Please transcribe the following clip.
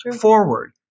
forward